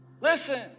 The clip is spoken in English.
Listen